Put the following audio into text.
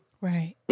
Right